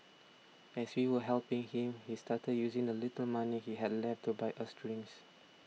as we were helping him he started using the little money he had left to buy us drinks